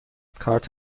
کارت